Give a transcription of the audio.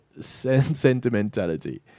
sentimentality